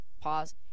pause